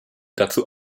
dazu